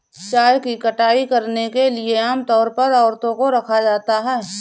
चाय की कटाई करने के लिए आम तौर पर औरतों को रखा जाता है